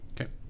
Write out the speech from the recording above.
Okay